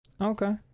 Okay